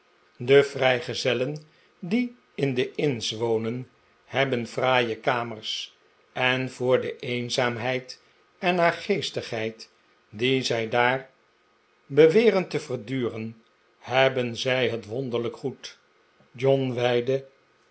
de vrijgezellen die in de inns wonen hebben fraaie kamers en voor de eenzaamheid en naargeestigheid die zij daar beweren te verdureh hebben zij het verwonderlijk goed john weidde